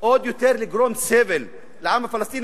לגרום עוד יותר סבל לעם הפלסטיני,